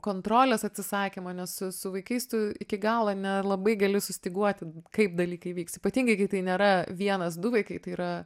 kontrolės atsisakymo nes su su vaikais tu iki galo nelabai gali sustyguoti kaip dalykai vyks ypatingai kai tai nėra vienas du vaikai tai yra